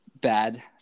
bad